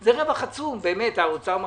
זה רווח עצום, האוצר מרוויח.